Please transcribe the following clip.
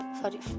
sorry